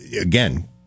again